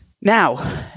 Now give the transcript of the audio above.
Now